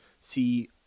see